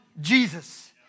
Jesus